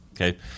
okay